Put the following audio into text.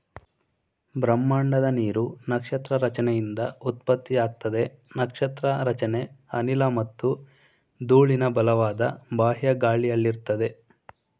ಬ್ರಹ್ಮಾಂಡದ ನೀರು ನಕ್ಷತ್ರ ರಚನೆಯಿಂದ ಉತ್ಪತ್ತಿಯಾಗ್ತದೆ ನಕ್ಷತ್ರ ರಚನೆ ಅನಿಲ ಮತ್ತು ಧೂಳಿನ ಬಲವಾದ ಬಾಹ್ಯ ಗಾಳಿಯಲ್ಲಿರ್ತದೆ